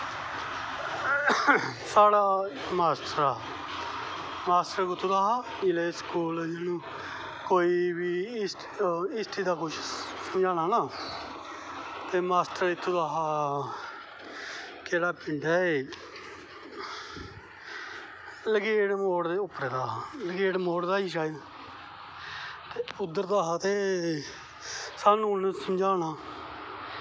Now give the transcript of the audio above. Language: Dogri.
साढ़े माश्टर हा माश्टर कुत्थूं दा हा जिसलै स्कूल कोई बी हिस्ट्री दा कुछ समझानां हा ना ते माश्टर इत्थूं दा हा केह्ड़ी पिंग ऐ एह् लंगेड़ मोड़ दे उप्परा दा हा लंगेड़ मोड़ दा हा शायद उध्दर दा हा ते स्हानू उन्न समझानां